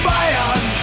Bayern